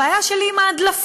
הבעיה שלי היא עם ההדלפות,